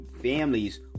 families